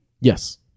Yes